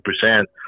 percent